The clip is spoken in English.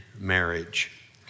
marriage